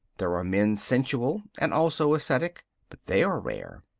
there are men sensual and also ascetic but they are rare.